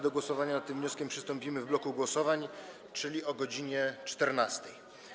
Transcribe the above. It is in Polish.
Do głosowania nad tym wnioskiem przystąpimy w bloku głosowań, czyli o godz. 14.